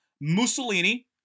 Mussolini